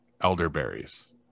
elderberries